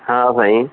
हा साईं